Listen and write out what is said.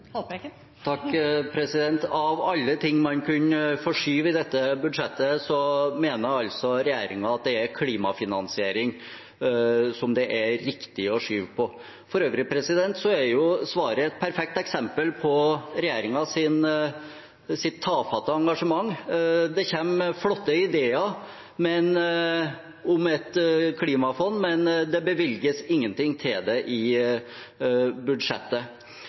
er klimafinansiering som det er riktig å skyve på. For øvrig er svaret et perfekt eksempel på regjeringens tafatte engasjement. Det kommer flotte ideer om et klimafond, men det bevilges ingenting til det i budsjettet.